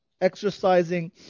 exercising